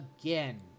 again